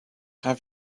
have